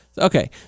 Okay